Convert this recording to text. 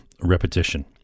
repetition